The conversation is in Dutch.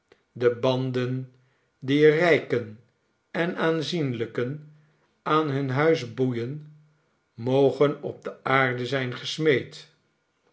de banden dierijken en aanzienlijken aan hun huis boeien mogen op de aarde zijn gesmeed